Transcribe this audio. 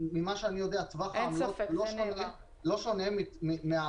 ממה שאני יודע טווח העמלות לא שונה מהעמלות